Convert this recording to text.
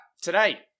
Today